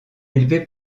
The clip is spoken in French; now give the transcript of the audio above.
élevé